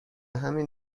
همین